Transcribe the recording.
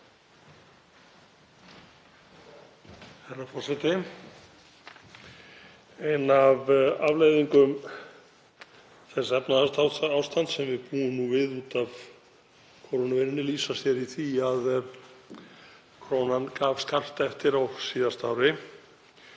Herra forseti. Ein af afleiðingum þess efnahagsástands sem við búum nú við út af kórónuveirunni lýsir sér í því að krónan gaf skart eftir á síðasta ári.